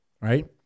right